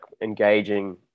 engaging